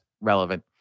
relevant